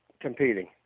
competing